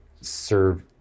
serve